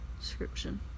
description